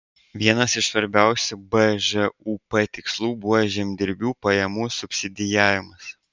vienas iš svarbiausių bžūp tikslų buvo žemdirbių pajamų subsidijavimas